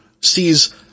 sees –